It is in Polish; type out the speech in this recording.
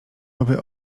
boby